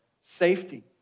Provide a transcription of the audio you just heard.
safety